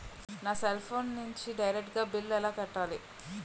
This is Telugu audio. నా సెల్ ఫోన్ నుంచి డైరెక్ట్ గా బిల్లు ఎలా కట్టాలి?